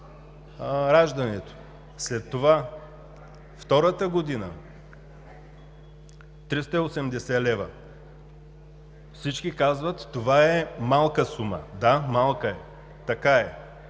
раждането. След това, втората година – 380 лв. Всички казват: това е малка сума. Да, малка е, така е.